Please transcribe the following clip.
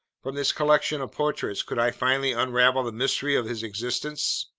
from this collection of portraits could i finally unravel the mystery of his existence?